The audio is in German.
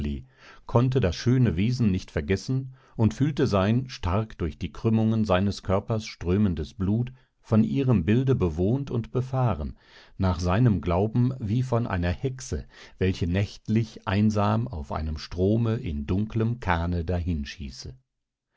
konnte das schöne wesen nicht vergessen und fühlte sein stark durch die krümmungen seines körpers strömendes blut von ihrem bilde bewohnt und befahren nach seinem glauben wie von einer hexe welche nächtlich einsam auf einem strome in dunklem kahne